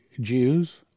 Jews